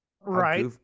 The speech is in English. Right